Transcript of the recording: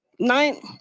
Nine